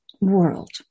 world